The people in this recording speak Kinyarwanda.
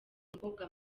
mukobwa